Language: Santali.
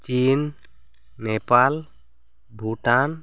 ᱪᱤᱱ ᱱᱮᱯᱟᱞ ᱵᱷᱩᱴᱟᱱ